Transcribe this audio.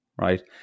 right